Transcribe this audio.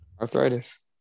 Arthritis